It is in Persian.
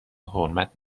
حرمت